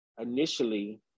initially